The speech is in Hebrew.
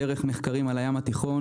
דרך מחקרים על הים התיכון,